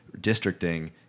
districting